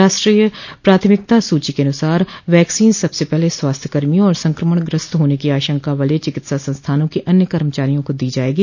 राष्ट्रीय प्राथमिकता सूची के अनुसार वैक्सीन सबसे पहले स्वास्थ्य कर्मियों और संक्रमणग्रस्त होने की आशंका वाले चिकित्सा संस्थानों के अन्य कर्मचारियों को दी जाएगी